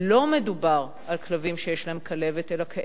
לא מדובר על כלבים שיש להם כלבת אלא כאלה